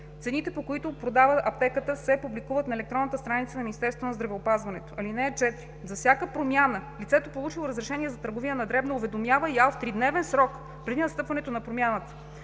Цените, по които продава аптеката, се публикуват на електронната страница на Министерството на здравеопазването. (4) За всяка промяна лицето, получило разрешение за търговия на дребно, уведомява ИАЛ в тридневен срок преди настъпването на промяната.